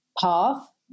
path